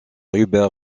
hubert